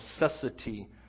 necessity